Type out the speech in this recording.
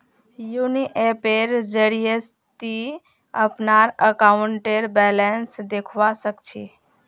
YONO ऐपेर जरिए ती अपनार अकाउंटेर बैलेंस देखवा सख छि